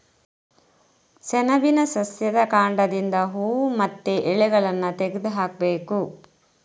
ಸೆಣಬಿನ ಸಸ್ಯದ ಕಾಂಡದಿಂದ ಹೂವು ಮತ್ತೆ ಎಲೆಗಳನ್ನ ತೆಗೆದು ಹಾಕ್ಬೇಕು